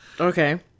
okay